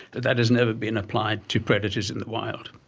that has never been applied to predators in the wild.